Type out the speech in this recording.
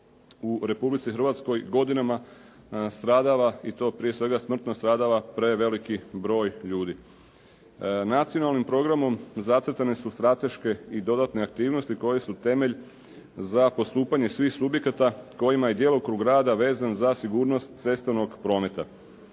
u Republici Hrvatskoj godinama stradava i to prije svega smrtno stradava preveliki broj ljudi. Nacionalnim programom zacrtane su strateške i dodatne aktivnosti koje su temelj za postupanje svih subjekata kojima je djelokrug rada vezan za sigurnost cestovnog prometa.